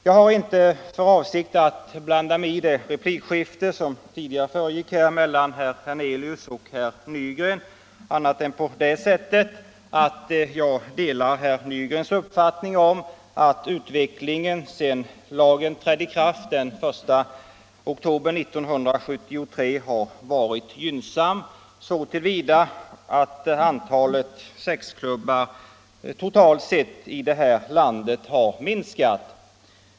Jag har inte för avsikt att blanda mig i det replikskifte som tidigare förekom här mellan herr Hernelius och herr Nygren på annat sätt än genom att säga att jag delar herr Nygrens uppfattning att utvecklingen sedan lagen trädde i kraft den 1 oktober 1973 har varit gynnsam så till vida att antalet sexklubbar i landet totalt sett har minskat.